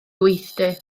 gweithdy